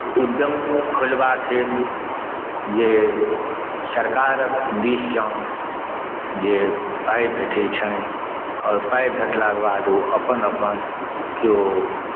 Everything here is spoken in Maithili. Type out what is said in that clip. उद्यम खोलबाक हेतु जे सरकार दिससँ जे पाई भेटै छनि आओर पाई भेटलाक बाद ओ अपन अपन कोई